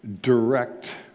direct